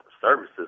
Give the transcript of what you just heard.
services